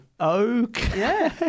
Okay